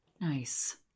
Nice